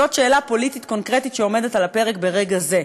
זאת שאלה פוליטית קונקרטית שעומדת על הפרק ברגע זה.